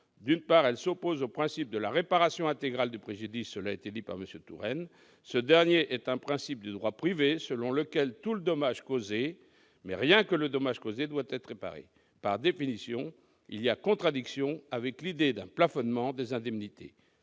D'une part, elle s'oppose au principe de la réparation intégrale du préjudice- cela a été dit par M. Tourenne. Selon ce principe du droit privé, tout le dommage causé, mais rien que le dommage causé, doit être réparé. Par définition, il y a contradiction avec l'idée d'un plafonnement des indemnités.